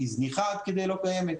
היא זניחה עד כדי לא קיימת.